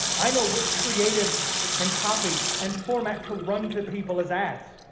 i know which creatives and copy and format to run to people as ads.